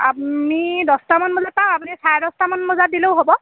আমি দহটামান বজাত পাম আপুনি চাৰে দহটামান বজাত দিলেও হ'ব